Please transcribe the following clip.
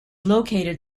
located